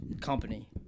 company